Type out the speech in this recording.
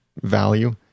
value